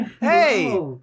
Hey